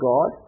God